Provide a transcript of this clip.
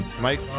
Mike